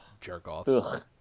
jerk-offs